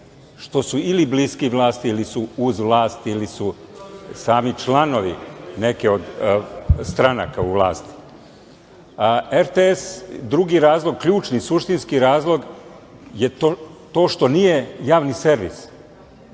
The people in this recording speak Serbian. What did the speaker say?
što su ili bliski vlasti ili su uz vlast ili su sami članovi neki od stranaka u vlasti. Drugi ključni, suštinski razlog je to što RTS nije javni servis.